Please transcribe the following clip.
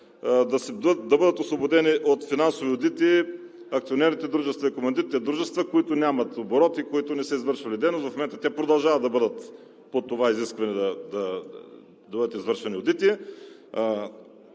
да бъдат освободени от финансови одити акционерните и командитни дружества, които нямат оборот, които не са извършвали дейност. В момента те продължават да бъдат под това изискване да бъдат извършвани одити.